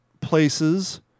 places